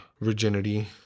virginity